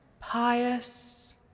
pious